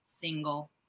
single